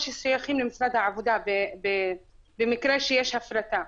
או ששייכים למשרד העבודה במקרה שיש הפרטה.